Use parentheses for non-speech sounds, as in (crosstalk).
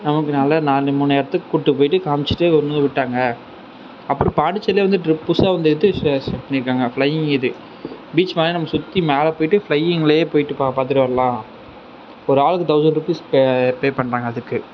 நமக்கு நல்லா நாலு மூணு இடத்துக்கு கூப்பிட்டு போய்ட்டு காமிச்சிட்டு வந்து விட்டாங்க அப்படி பாண்டிசேரிலேருந்து ட்ரிப் புதுசாக (unintelligible) இது செட் பண்ணி இருக்காங்க ஃபிளையிங் இது பீச் மேலே நம்ம சுற்றி மேலே போய்ட்டு ஃபிளையிங்லே போய்ட்டு போய் பார்த்துட்டு வரலான் ஒரு ஆளுக்கு தொளசண்ட் ருபீஸ் பே பே பண்ணுறாங்க அதுக்கு